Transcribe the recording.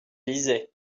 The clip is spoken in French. lisait